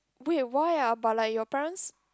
wait why ah but like your parents